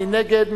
מי נגד?